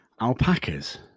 Alpacas